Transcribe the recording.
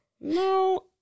No